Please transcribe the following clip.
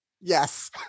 Yes